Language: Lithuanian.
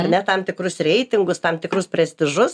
ar ne tam tikrus reitingus tam tikrus prestižus